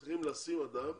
צריך למנות אדם